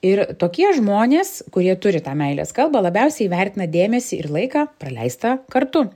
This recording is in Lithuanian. ir tokie žmonės kurie turi tą meilės kalbą labiausiai vertina dėmesį ir laiką praleistą kartu